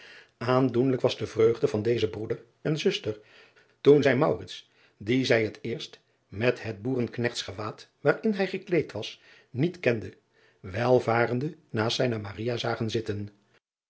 andoenlijk was de vreugde van dezen broeder en zuster toen zij dien zij het eerst oogenblik niet het boereknechts gewaad waarin hij gekleed was niet kenden welvarende naast driaan oosjes zn et leven van aurits ijnslager zijne zagen zitten